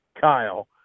Kyle